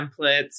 templates